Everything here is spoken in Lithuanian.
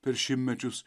per šimtmečius